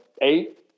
eight